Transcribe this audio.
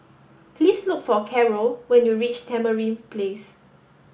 please look for Carrol when you reach Tamarind Place